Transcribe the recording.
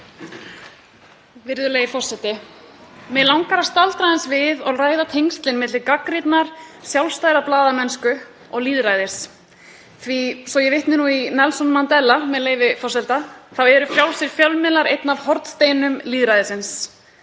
Virðulegi forseti. Mig langar að staldra aðeins við og ræða tengslin milli gagnrýninnar sjálfstæðrar blaðamennsku og lýðræðis. Svo að ég vitni í Nelson Mandela, með leyfi forseta, eru frjálsir fjölmiðlar einn af hornsteinum lýðræðisins.